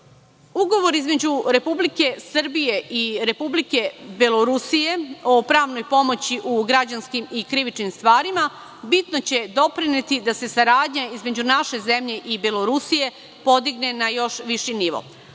nivo. Ugovor između Republike Srbije i Republike Belorusije o pravnoj pomoći u građanskim i krivičnim stvarima bitno će doprineti da se saradnja između naše zemlje i Belorusije podigne na još viši nivo.